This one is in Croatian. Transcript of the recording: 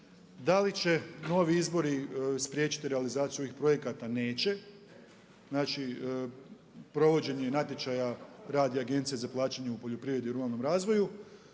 Da li će novi izbori spriječiti realizaciju ovih projekata neće, znači, provođenje natječaja radio agencija za plaćanje u poljoprivredi i ruralnom razvoju